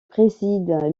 préside